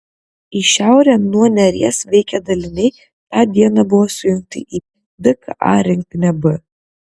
į šiaurę nuo neries veikę daliniai tą dieną buvo sujungti į dka rinktinę b